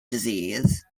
disease